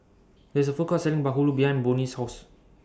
There IS A Food Court Selling Bahulu behind Bonny's House